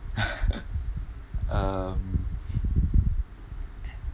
um